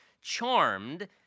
charmed